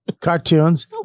Cartoons